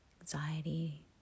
anxiety